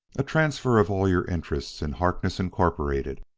a transfer of all your interests in harkness, incorporated.